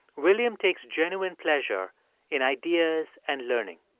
william takes genuine pleasure in ideas and learning.